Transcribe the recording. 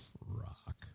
rock